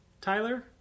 Tyler